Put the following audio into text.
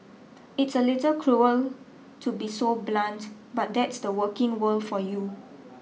it's a little cruel to be so blunt but that's the working world for you